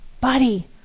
Buddy